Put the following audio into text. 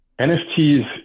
NFTs